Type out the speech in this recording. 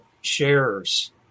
shares